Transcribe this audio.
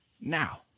now